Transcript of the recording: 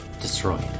destroyed